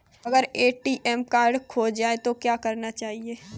अगर ATM card खो जाए तो क्या करना चाहिए?